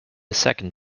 second